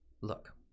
look